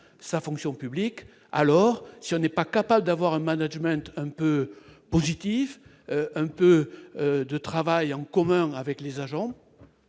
sa fonction publique, alors si ce n'est pas capable d'avoir un management un peu positif, un peu de travail en commun avec les agents,